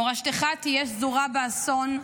מורשתך תהיה שזורה באסון,